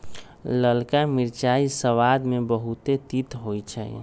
ललका मिरचाइ सबाद में बहुते तित होइ छइ